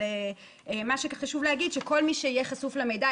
מה שחשוב להגיד שכל מי שיהיה חשוף למידע,